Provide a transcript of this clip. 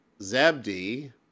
Zabdi